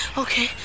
okay